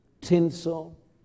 tinsel